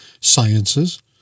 sciences